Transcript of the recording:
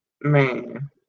man